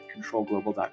controlglobal.com